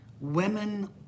women